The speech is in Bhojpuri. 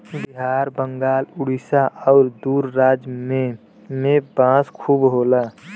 बिहार बंगाल उड़ीसा आउर दूसर राज में में बांस खूब होला